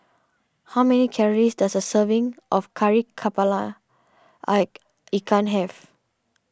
how many calories does a serving of Kari Kepala Ike Ikan have